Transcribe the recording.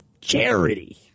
charity